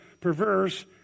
perverse